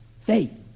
faith